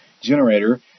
generator